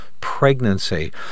pregnancy